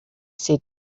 said